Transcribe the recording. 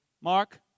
Mark